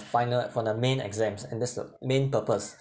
final for the main exams and that's the main purpose